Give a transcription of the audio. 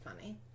funny